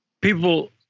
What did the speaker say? people